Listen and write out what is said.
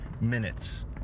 minutes